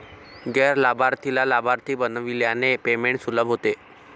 गैर लाभार्थीला लाभार्थी बनविल्याने पेमेंट सुलभ होते